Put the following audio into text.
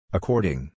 According